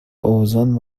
اوزان